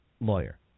lawyer